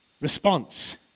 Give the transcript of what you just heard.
response